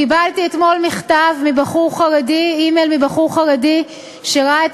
קיבלתי אתמול אימייל מבחור חרדי שראה את